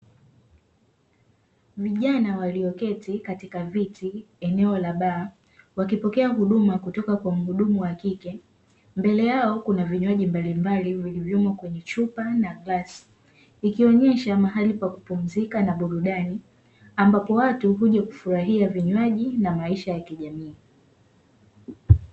Vijana walio keti katika viti eneo la baa wakipokea huduma kutoka kwa muhudumu wa kike, mbele yao kuna vinywaji mbalimbali vilivyomo kwenye chupa na glasi, ikionyesha mahali pa kupumzika na burudani ambapo watu hujakufurahia vinywaji na maisha ya kijamii.